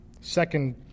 second